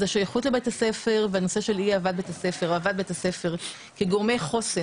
שייכות לבית הספר והנושא של אהבת בית הספר כגורמי חוסן.